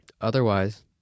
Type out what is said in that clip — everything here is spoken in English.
Otherwise